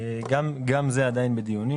גם זה עדיין בדיונים,